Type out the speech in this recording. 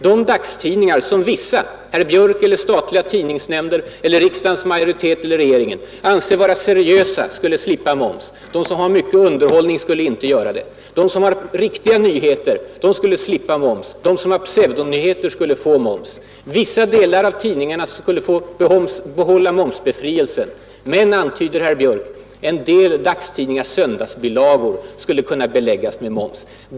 De dagstidningar som vissa människor — herr Björk eller ledamöterna i statliga tidningsnämnder eller riksdagens majoritet eller regeringen — anser vara ”seriösa” skulle slippa moms. De som har mycket ”underhållning” skulle inte göra det. De som har riktiga nyheter skulle slippa moms, men de som har ”pseudonyheter” skulle få betala moms. Vissa delar av tidningarna skulle erhålla momsbefrielse. Men, antyder herr Björk, en del dagstidningars söndagsbilagor skulle kunna beläggas med moms.